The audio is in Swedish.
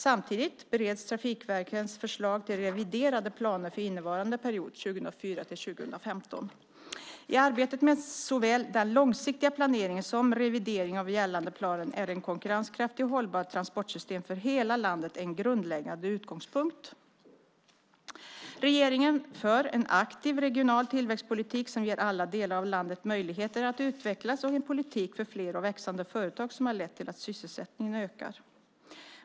Samtidigt bereds trafikverkens förslag till reviderade planer för innevarande period 2004-2015. I arbetet med såväl den långsiktiga planeringen som revideringen av gällande plan är ett konkurrenskraftigt och hållbart transportsystem för hela landet en grundläggande utgångspunkt. Regeringen för en aktiv regional tillväxtpolitik som ger alla delar av landet möjligheter att utvecklas och en politik för fler och växande företag som har lett till att sysselsättningen ökar.